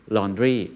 Laundry